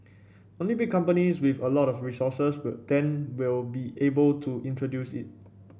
only big companies with a lot of resources well then will be able to introduce it